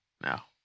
now